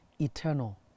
Eternal